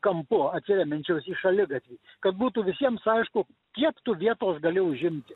kampu atsiremiančios į šaligatvį kad būtų visiems aišku kiek tu vietos gali užimti